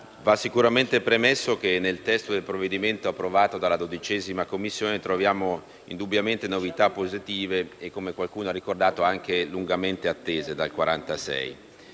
va premesso che nel testo del provvedimento approvato dalla 12a Commissione troviamo indubbiamente novità positive e, come qualcuno ha ricordato, anche lungamente attese, dal 1946.